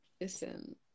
listen